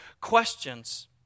questions